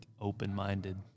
open-minded